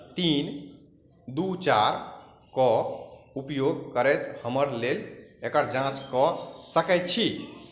तीन दू चारिके उपयोग करैत हमर लेल एकर जाँच कऽ सकैत छी